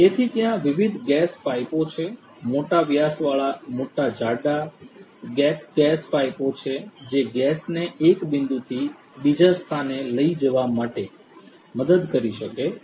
તેથી ત્યાં વિવિધ ગેસ પાઈપો છે મોટા વ્યાસવાળા મોટા જાડા ગેપ ગેસ પાઈપો જે ગેસને એક બિંદુથી બીજા સ્થાને લઈ જવા માટે મદદ કરી શકે છે